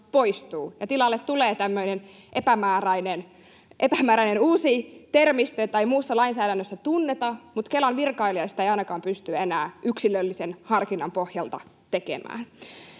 tilalle tulee tämmöinen epämääräinen uusi termistö, jota ei muussa lainsäädännössä tunneta, mutta Kelan virkailija sitä ei ainakaan pysty enää yksilöllisen harkinnan pohjalta tekemään.